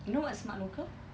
you what's the smart local